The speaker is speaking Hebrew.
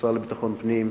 המשרד לביטחון פנים,